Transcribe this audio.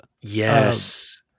Yes